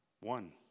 one